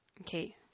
Okay